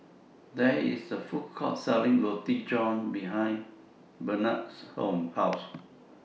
There IS A Food Court Selling Roti John behind Barnard's House